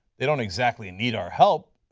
they don't exactly need our help,